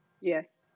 Yes